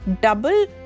double